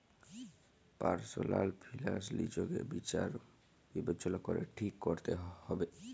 personal finance লিজকে বিচার বিবচলা ক্যরে ঠিক ক্যরতে হুব্যে